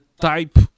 type